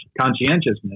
conscientiousness